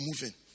moving